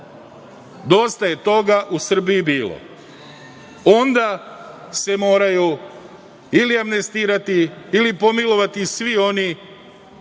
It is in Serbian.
Dosta je toga u Srbiji bilo. Onda se moraju ili amnestirati ili pomilovati svi oni